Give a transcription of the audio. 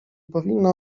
powinno